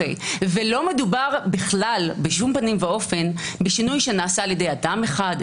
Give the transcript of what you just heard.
ולא מדובר בכלל בשום פנים ואופן בשינוי שנעשה על ידי אדם אחד,